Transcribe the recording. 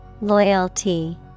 Loyalty